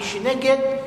מי שנגד,